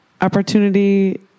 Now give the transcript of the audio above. opportunity